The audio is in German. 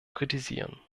kritisieren